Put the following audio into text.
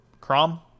chrome